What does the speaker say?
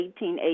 1880